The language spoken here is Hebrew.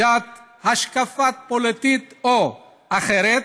דת, השקפה פוליטית או אחרת,